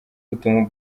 utuma